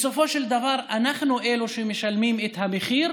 בסופו של דבר, אנחנו אלו שמשלמים את המחיר